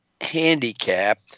handicap